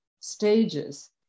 Stages